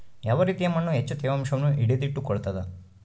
ಯಾವ ರೇತಿಯ ಮಣ್ಣು ಹೆಚ್ಚು ತೇವಾಂಶವನ್ನು ಹಿಡಿದಿಟ್ಟುಕೊಳ್ತದ?